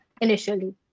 initially